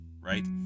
right